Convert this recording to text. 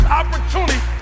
opportunity